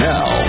Now